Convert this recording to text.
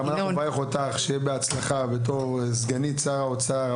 גם אנחנו נברך אותך שיהיה בהצלחה בתור סגנית שר האוצר.